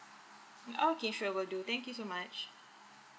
okay sure will do thank you so much